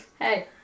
Hey